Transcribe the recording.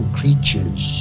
creatures